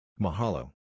Mahalo